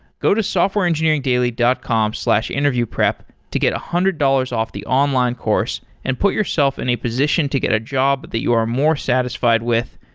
go to softwareengineeringdailya dot com slash interviewprep to get one hundred dollars off the online course and put yourself in a position to get a job that you are more satisfied with,